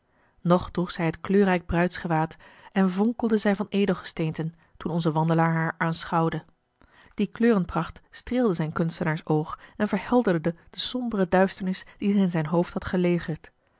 droeg zij het kleurrijk bruidsgewaad en vonkelde zij van edelgesteenten toen onze wandelaar haar aanschouwde die kleurenpracht streelde zijn kunstenaars oog en verhelderde de sombere duisternis die zich in zijn hoofd had gelegerd